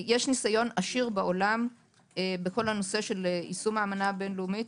ניסיון עשיר בעולם בכל הנושא של יישום האמנה הבין לאומית.